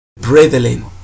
Brethren